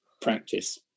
practice